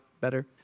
better